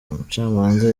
umucamanza